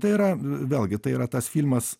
tai yra vėlgi tai yra tas filmas